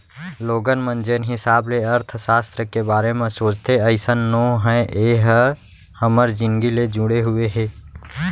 लोगन मन जेन हिसाब ले अर्थसास्त्र के बारे म सोचथे अइसन नो हय ए ह हमर जिनगी ले जुड़े हुए हे